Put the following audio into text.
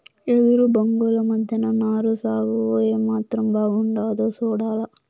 ఎదురు బొంగుల మద్దెన నారు సాగు ఏమాత్రం బాగుండాదో సూడాల